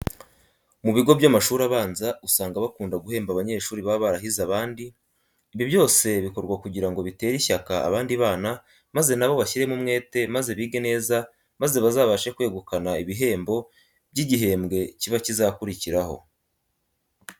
Mu bigo by'amashuri abanza usanga bakunda guhemba abanyeshuri baba barahize abandi. Ibi byose bikorwa kugira ngo bitere ishyaka abandi bana maze na bo bashyirimo umwete maze bige neza maze bazabashe kwegukana ibihembo by'igihembwe kiba kizakurikiraho.